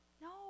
No